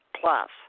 plus